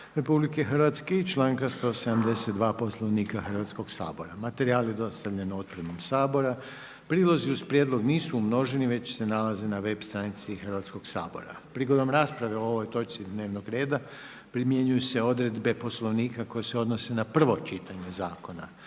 85. Ustava RH i članka 172. Poslovnika Hrvatskog sabora. Materijal je dostavljen otpremom Sabora. Prilozi uz prijedlog nisu umnoženi već se nalaze na web stranici Hrvatskog sabora. Prigodom rasprave o ovoj točci dnevnog reda primjenjuju se odredbe Poslovnika koje se odnose na prvo čitanje zakona.